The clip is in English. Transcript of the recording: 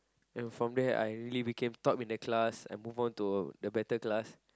and from that I really became top in the class and move on to a better class